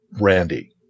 Randy